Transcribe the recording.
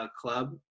club